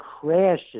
crashes